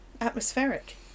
atmospheric